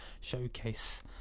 showcase